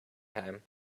time